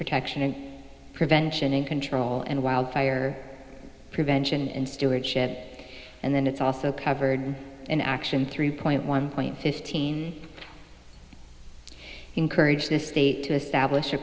protection and prevention and control and wildfire prevention and stewardship and then it's also covered in action three point one point fifteen encourage this state to establish a